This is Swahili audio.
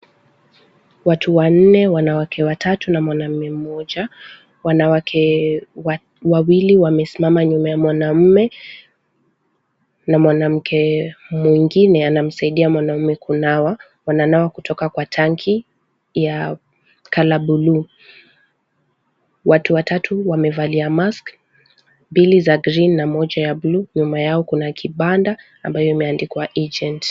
Watu wanne, wanawake watatu na mwanaume mmoja, wanawake wawili wamesimama nyuma ya mwanamme. Na mwanamke mwingine anamsaidia mwanamume kunawa. Wanawake kutoka kwa tanki ya Kala bluu. Watu watatu wamevalia mask mbili za grin na moja ya bluu, nyuma yao kuna kibanda ambayo imeandikwa Agent.